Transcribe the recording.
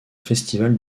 festival